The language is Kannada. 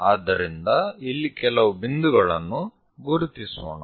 ಆದ್ದರಿಂದ ಇಲ್ಲಿ ಕೆಲವು ಬಿಂದುಗಳನ್ನು ಗುರುತಿಸೋಣ